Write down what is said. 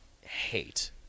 hate